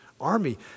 army